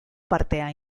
partea